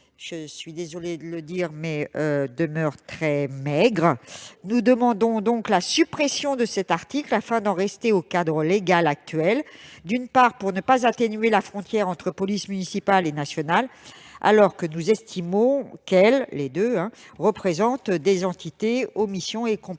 je suis désolée de le dire, très faibles.. Nous demandons la suppression de cet article afin d'en rester au cadre légal actuel, d'une part, pour ne pas atténuer la frontière entre polices municipale et nationale, car nous estimons qu'elles représentent des entités aux missions et à la composition